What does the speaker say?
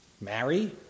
marry